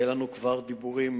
היה לנו כבר דיבור עם